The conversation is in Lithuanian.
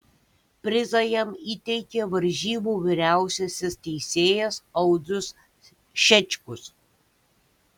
prizą jam įteikė varžybų vyriausiasis teisėjas audrius šečkus